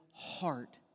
Heart